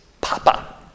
Papa